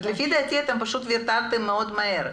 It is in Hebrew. לפי דעתי אתם פשוט ויתרתם מאוד מהר.